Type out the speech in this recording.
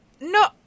no